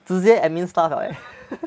直接 admin stuff eh